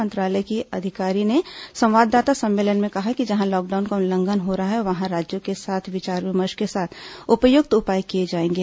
मंत्रालय की अधिकारी ने संवाददाता सम्मेलन में कहा कि जहां लॉकडाउन का उल्लंघन हो रहा है वहां राज्यों के साथ विचार विमर्श के साथ उपयुक्त उपाय किए जायेंगे